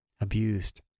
abused